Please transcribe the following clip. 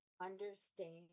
understand